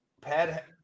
Pat